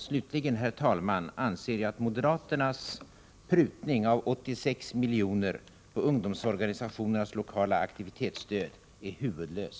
Slutligen, herr talman, anser jag att moderaternas prutning av 86 miljoner på ungdomsorganisationernas lokala aktivitetsstöd är huvudlös.